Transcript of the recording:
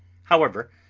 however,